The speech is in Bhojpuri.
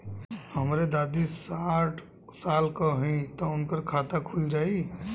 हमरे दादी साढ़ साल क हइ त उनकर खाता खुल जाई?